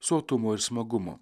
sotumo ir smagumo